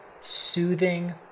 soothing